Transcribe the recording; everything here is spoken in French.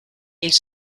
ils